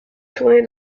tourné